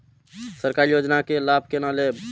सरकारी योजना के लाभ केना लेब?